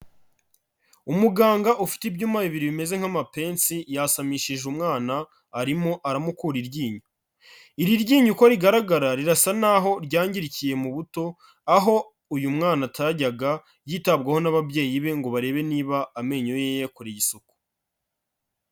Umuganga ufite ibyuma bibiri bimeze nk'amapensi yasamishije umwana, arimo aramukura iryinyo. Iri ryinyo uko rigaragara rirasa naho ryangirikiye mu buto, aho uyu mwana atajyaga yitabwaho n'ababyeyi be ngo barebe niba amenyo ye yakoreye isuku.